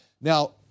Now